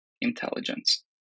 intelligence